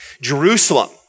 Jerusalem